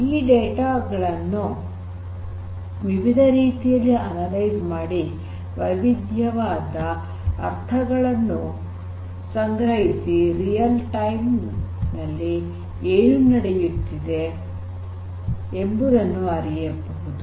ಈ ಡೇಟಾ ಗಳನ್ನು ವಿವಿಧ ರೀತಿಯಲ್ಲಿ ಅನಲೈಸ್ ಮಾಡಿ ವಿವಿಧ ಅರ್ಥಗಳನ್ನು ಸಂಗ್ರಹಿಸಿ ನೈಜ ಸಮಯದಲ್ಲಿ ಏನು ನಡೆಯುತ್ತಿದೆ ಎಂಬುದನ್ನು ಅರಿಯಬಹುದು